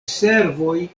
servoj